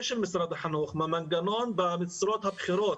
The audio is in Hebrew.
של משרד החינוך במנגנון במשרות הבכירות